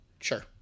sure